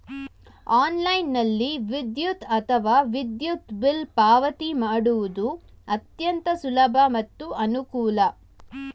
ಆನ್ಲೈನ್ನಲ್ಲಿ ವಿದ್ಯುತ್ ಅಥವಾ ವಿದ್ಯುತ್ ಬಿಲ್ ಪಾವತಿ ಮಾಡುವುದು ಅತ್ಯಂತ ಸುಲಭ ಮತ್ತು ಅನುಕೂಲ